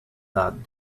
that